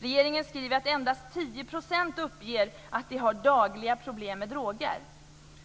Regeringen skriver att endast 10 % uppger att de har dagliga problem med droger.